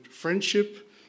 friendship